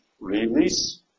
release